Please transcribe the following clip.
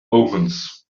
omens